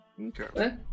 Okay